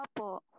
Apo